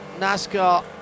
nascar